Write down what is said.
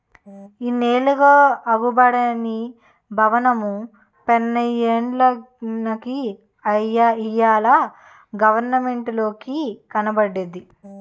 ఇన్నాళ్లుగా అగుపడని బవనము పన్నెయ్యడానికి ఇయ్యాల గవరమెంటోలికి కనబడ్డాది